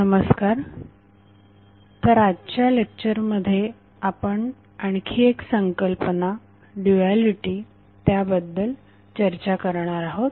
नमस्कार तर आजच्या लेक्चरमध्ये आपण आणखी एक संकल्पना ड्युएलिटी त्याबद्दल चर्चा करणार आहोत